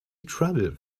trouble